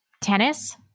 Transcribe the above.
tennis